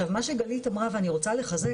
מה שגלית אמרה ואני רוצה לחזק,